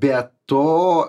be to